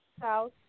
south